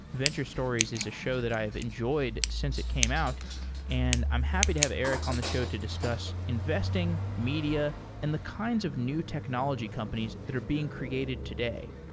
venture stories is a show that i've enjoyed since it came out and i'm happy to have erik on the show to discuss investing, media and the kinds of new technology companies that are being created today.